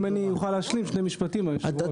אם אני אוכל להשלים שני משפשטים, היושב-ראש.